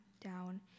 down